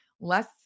less